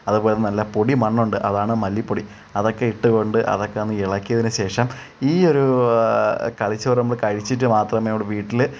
അതുപോലെ നല്ല പൊടി മണ്ണുണ്ട് അതാണ് മല്ലിപ്പൊടി അതൊക്കെ ഇട്ട് കൊണ്ട് അതൊക്കെ ഒന്ന് ഇളക്കിയതിന് ശേഷം ഈ ഒരൂ കളിച്ചോറമ്മൾ കഴിച്ചിട്ട് മാത്രമേടു വീട്ടിൽ